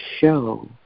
show